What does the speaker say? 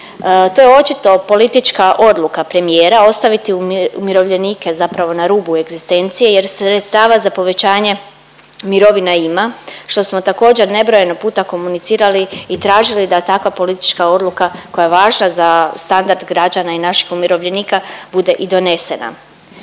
To je očito politička odluka premijera ostaviti umirovljenike zapravo na rubu egzistencije jer sredstava za povećanje mirovina ima, što smo također nebrojeno puta komunicirali i tražili da takva politička odluka koja je važna za standard građana i naših umirovljenika bude i donesena.